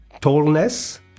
tallness